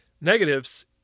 Negatives